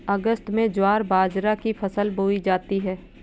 अगस्त में ज्वार बाजरा की फसल बोई जाती हैं